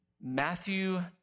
Matthew